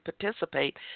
participate